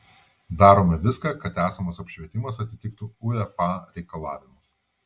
darome viską kad esamas apšvietimas atitiktų uefa reikalavimus